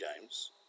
games